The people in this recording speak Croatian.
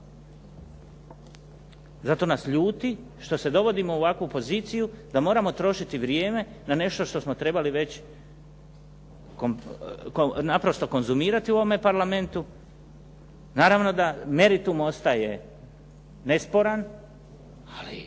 Zato nas ljudi što se dovodimo u ovakvu poziciju da moramo trošiti vrijeme na nešto što smo trebali već naprosto konzumirati u ovome parlamentu. Naravno da meritum ostaje nesporan ali